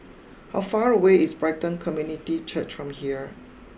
how far away is Brighton Community Church from here